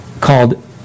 called